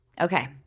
Okay